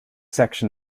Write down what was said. section